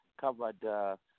covered